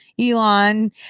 Elon